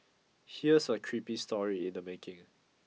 here's a creepy story in the making